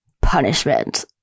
punishment